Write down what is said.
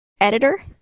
editor